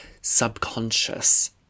subconscious